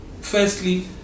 Firstly